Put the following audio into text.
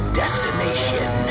destination